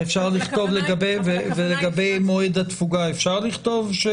ולגבי מועד התפוגה אפשר לכתוב?